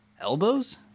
elbows